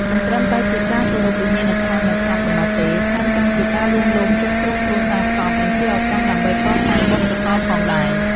មិនត្រឹមតែជាការគោរពវិញ្ញាណក្ខន្ធអ្នកស្លាប់ប៉ុណ្ណោះទេ ថែមទាំងជាការលួងលោមចិត្តក្រុមគ្រួសារសព និងជាឱកាសដើម្បីកសាងបុណ្យកុសលផងដែរ។